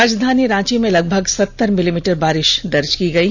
राजधानी रांची में लगभग सत्तर मिलीमीटर बारिष दर्ज की गयी